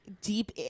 deep